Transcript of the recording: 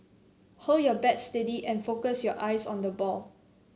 hold your bat steady and focus your eyes on the ball